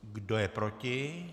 Kdo je proti?